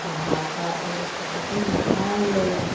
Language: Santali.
ᱵᱟᱦᱟ ᱫᱟᱜ ᱤᱭᱟᱹᱛᱮ ᱟᱹᱰᱤ ᱱᱟᱯᱟᱭ ᱞᱮ